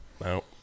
No